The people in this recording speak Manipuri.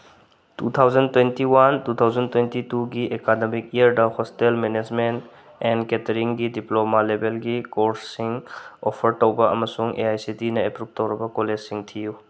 two thousand twenty one two thousand twenty ꯇꯨꯒꯤ ꯑꯦꯀꯥꯗꯃꯤꯛ ꯏꯌꯥꯔꯗ ꯍꯣꯇꯦꯜ ꯃꯦꯅꯦꯁꯃꯦꯟ ꯑꯦꯟ ꯀꯦꯇꯔꯤꯡꯒꯤ ꯗꯤꯄ꯭ꯂꯣꯃꯥ ꯂꯦꯕꯦꯜꯒꯤ ꯀꯣꯔꯁꯁꯤꯡ ꯑꯣꯐꯔ ꯇꯧꯕ ꯑꯃꯁꯨꯡ ꯑꯦ ꯑꯥꯏ ꯁꯤ ꯇꯤꯅ ꯑꯦꯄ꯭ꯔꯨꯞ ꯇꯧꯔꯕ ꯀꯣꯂꯦꯖꯁꯤꯡ ꯊꯤꯌꯨ